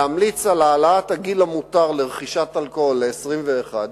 להמליץ על העלאת הגיל המותר לרכישת אלכוהול ל-21,